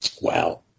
Wow